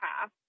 half